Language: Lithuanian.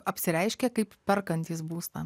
apsireiškė kaip perkantys būstą